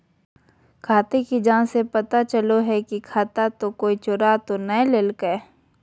खाते की जाँच से पता चलो हइ की खाता कोई चोरा तो नय लेलकय